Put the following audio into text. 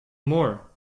more